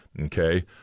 Okay